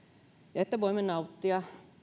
että voimme nauttia